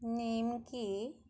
নিমকি